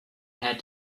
had